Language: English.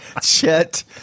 Chet